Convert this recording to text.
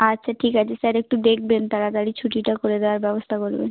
আচ্ছা ঠিক আছে স্যার একটু দেখবেন তাড়াতাড়ি ছুটিটা করে দেওয়ার ব্যবস্থা করবেন